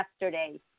yesterday